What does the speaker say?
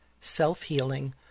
Self-Healing